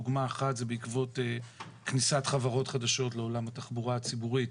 דוגמה אחת זה בעקבות כניסת חברות חדשות לעולם התחבורה הציבורית.